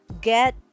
get